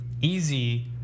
easy